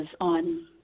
on